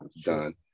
done